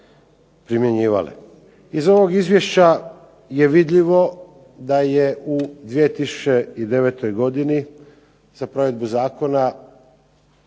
primjenjivale. Iz ovog izvješća je vidljivo da je 2009. godini za provedbu zakona